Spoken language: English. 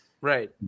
right